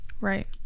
Right